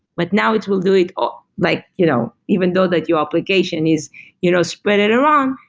but now it will do it ah like you know even though that your application is you know spitted around,